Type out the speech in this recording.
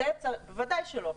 ודאי שלא,